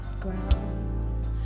ground